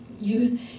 use